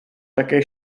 také